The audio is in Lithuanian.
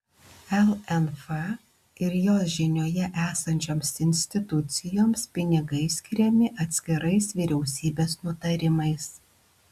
lnf ir jos žinioje esančioms institucijoms pinigai skiriami atskirais vyriausybės nutarimais